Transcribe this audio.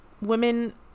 Women